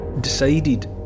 decided